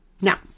Now